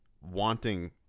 wanting